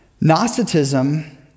Gnosticism